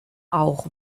auch